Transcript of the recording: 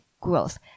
growth